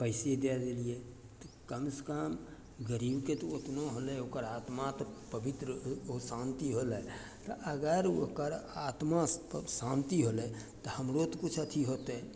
पैसे दए देलियै तऽ कम सँ कम गरीबके तऽ ओतनो होलय ओकर आत्मा तऽ पवित्र शान्ति होलय तऽ अगर ओकर आत्मा शान्ति होलय तऽ हमरो तऽ किछु अथी होतय